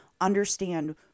understand